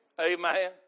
Amen